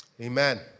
Amen